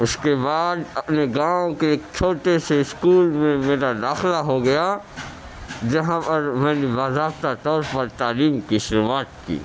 اس کے بعد اپنے گاؤں کے ایک چھوٹے سے اسکول میں میرا داخلہ ہو گیا جہاں پر میں نے باضاطہ طور پر تعلیم کی شروعات کی